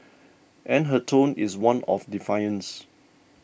and her tone is one of defiance